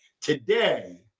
today